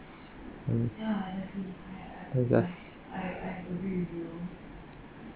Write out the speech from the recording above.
mm like just